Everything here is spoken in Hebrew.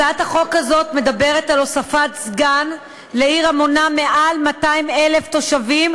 הצעת החוק הזאת מדברת על הוספת סגן לעיר המונה מעל 200,000 תושבים,